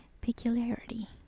peculiarity